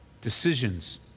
Decisions